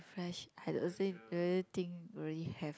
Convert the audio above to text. fresh do you think really have